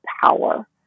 power